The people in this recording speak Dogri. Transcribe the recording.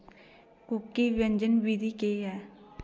कुकी व्यंजन विधि केह् ऐ